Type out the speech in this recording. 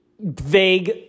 vague